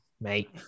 mate